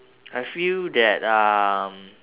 I feel that um